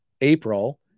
April